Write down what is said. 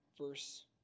verse